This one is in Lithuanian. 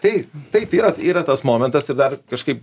taip taip yra tai yra tas momentas ir dar kažkaip